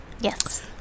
Yes